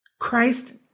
Christ